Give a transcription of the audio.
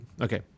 okay